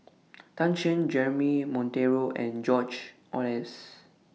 Tan Shen Jeremy Monteiro and George Oehlers